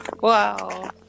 Wow